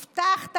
הבטחת,